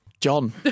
John